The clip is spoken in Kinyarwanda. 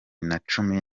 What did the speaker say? nacumi